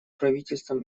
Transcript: правительством